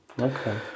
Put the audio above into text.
Okay